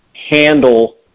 handle